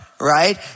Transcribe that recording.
right